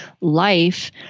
life